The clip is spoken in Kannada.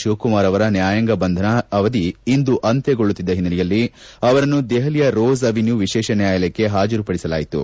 ಶಿವಕುಮಾರ್ ಅವರ ನ್ಯಾಯಾಂಗ ಬಂಧನ ಅವಧಿ ಇಂದು ಅಂತ್ಯಗೊಳ್ಳುತ್ತಿದ್ದ ಹಿನ್ನೆಲೆಯಲ್ಲಿ ಅವರನ್ನು ದೆಹಲಿಯ ರೋಸ್ ಅವೆನ್ಯೂ ವಿಶೇಷ ನ್ಹಾಯಾಲಯಕ್ಕೆ ಹಾಜರು ಪಡಿಸಲಾಯಿತು